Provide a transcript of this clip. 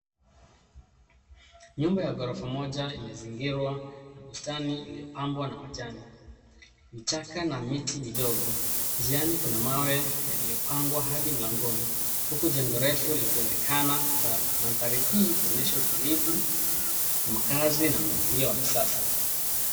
Nyumba ya ghorofa moja imezingirwa na bustani iliyopambwa na majani, vichaka na miti kidogo. Njiani kuna mawe yaliyopangwa hadi mlangoni huku jengo refu likionekana mbali. Mandhari hii huonyesha utulivu wa makazi na mpangilio wa kisasa.